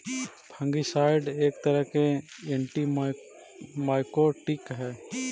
fungicide एक तरह के एंटिमाइकोटिक हई